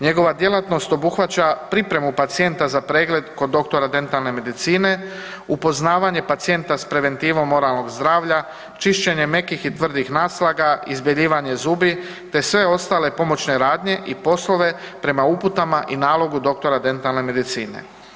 Njegova djelatnost obuhvaća pripremu pacijenta za pregled kod doktora dentalne medicine, upoznavanje pacijenta s preventivnom oralnog zdravlja, čišćenje mekih i tvrdih naslaga, izbjeljivanje zubi te sve ostale pomoćne radnje i poslove prema uputama i nalogu doktora dentalne medicine.